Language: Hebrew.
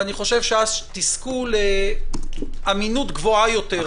ואני חושב שאז תזכו לאמינות גבוהה יותר בעיני הציבור.